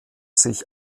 sich